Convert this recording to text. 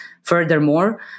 Furthermore